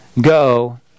go